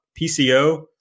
PCO